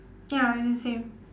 ya it's the same